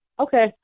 Okay